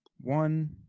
one